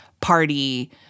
party